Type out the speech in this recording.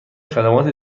خدمات